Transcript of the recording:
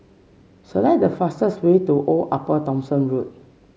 select the fastest way to Old Upper Thomson Road